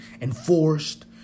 enforced